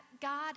God